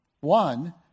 One